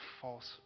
false